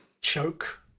Choke